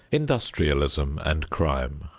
industrialism and crime